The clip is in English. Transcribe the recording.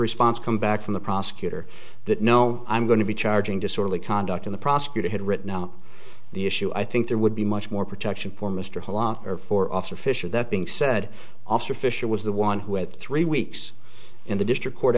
response come back from the prosecutor that no i'm going to be charging disorderly conduct in the prosecutor had written out the issue i think there would be much more protection for mr holland or for officer fisher that being said officer fisher was the one who had three weeks in the district court